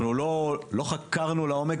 אנחנו לא חקרנו את זה לעומק,